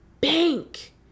Bank